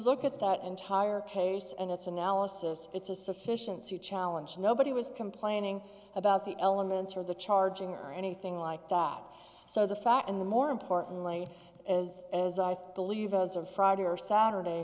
look at that entire case and its analysis it's a sufficiency challenge nobody was complaining about the elements or the charging or anything like that so the fact and the more importantly as as i believe those of friday or saturday